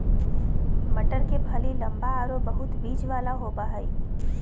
मटर के फली लम्बा आरो बहुत बिज वाला होबा हइ